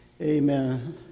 Amen